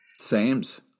Sames